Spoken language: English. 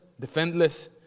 defendless